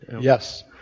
Yes